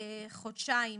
חודשיים